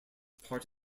part